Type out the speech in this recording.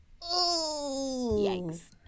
Yikes